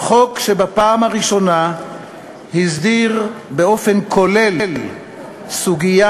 חוק שבפעם הראשונה הסדיר באופן כולל סוגיה